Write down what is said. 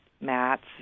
mats